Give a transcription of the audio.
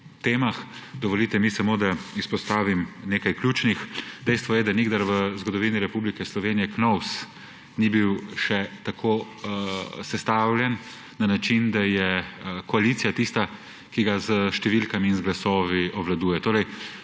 temah. Dovolite mi samo, da izpostavim nekaj ključnih. Dejstvo je, da še nikdar v zgodovini Republike Slovenije Knovs ni bil tako sestavljen, na način, da je koalicija tista, ki ga s številkami in z glasovi obvladuje. Torej,